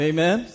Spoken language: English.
Amen